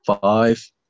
Five